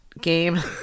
game